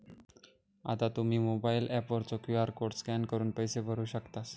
आता तुम्ही mobile app वरचो क्यू.आर कोड स्कॅन करून पैसे भरू शकतास